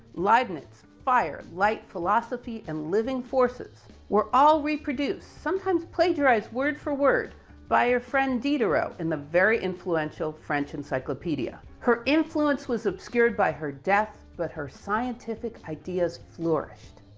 leibniz, fire, light, philosophy and living forces were all reproduced. sometimes plagiarized word for word by her friend, diderot, in the very influential french encyclopedia. her influence was obscured by her death, but her scientific ideas flourished.